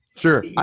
Sure